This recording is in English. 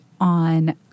on